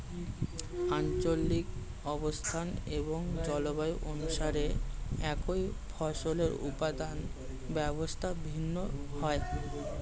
আঞ্চলিক অবস্থান এবং জলবায়ু অনুসারে একই ফসলের উৎপাদন ব্যবস্থা ভিন্ন হয়